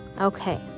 okay